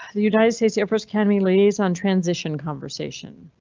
the united states air force academy liaison transition conversation.